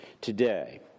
today